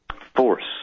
force